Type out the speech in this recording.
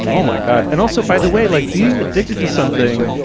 oh, my god. and also, by the way, like being addicted to something,